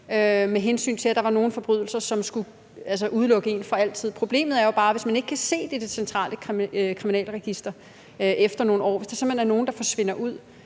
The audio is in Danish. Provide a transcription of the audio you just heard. med hensyn til at der var nogle forbrydelser, som skulle udelukke en fra statsborgerskab for altid. Det er jo bare et problem, hvis man ikke kan se det i Det Centrale Kriminalregister efter nogle år, hvis der simpelt hen er nogle, der forsvinder.